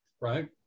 Right